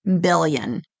billion